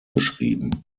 geschrieben